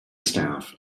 staff